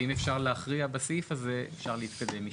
אם אפשר להכריע בסעיף הזה, אפשר להתקדם.